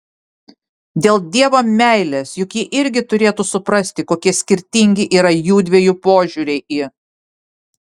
dėl dievo meilės juk ji irgi turėtų suprasti kokie skirtingi yra jųdviejų požiūriai į